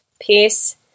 peace